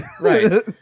Right